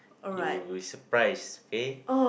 you will be surprised okay